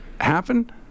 happen